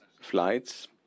flights